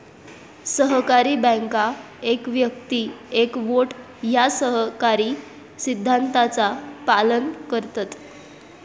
सहकारी बँका एक व्यक्ती एक वोट या सहकारी सिद्धांताचा पालन करतत